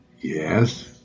Yes